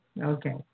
Okay